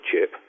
chip